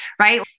right